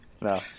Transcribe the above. no